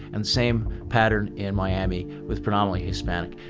and same pattern in miami with potentially hispanic.